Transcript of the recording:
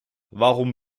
warum